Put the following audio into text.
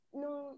nung